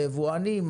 היבואנים,